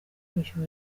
kwishyura